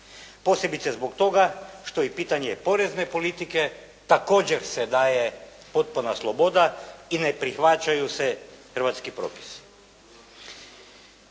Posebice zbog toga što i pitanje porezne politike također se daje potpuna sloboda i ne prihvaćaju se hrvatski propisi.